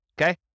Okay